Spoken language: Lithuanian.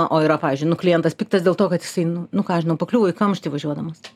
o yra pavyzdžiui nu klientas piktas dėl to kad jisai nu nu ką žinau pakliuvo į kamštį važiuodamas